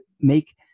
make